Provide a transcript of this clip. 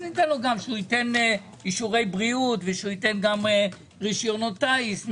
אז שייתן גם אישורי בריאות וגם רשיונות טייס,